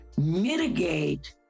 mitigate